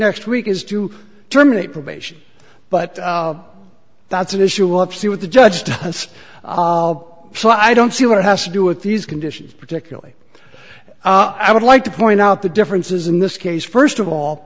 next week is to terminate probation but that's an issue of see what the judge does so i don't see what it has to do with these conditions particularly i would like to point out the differences in this case first of all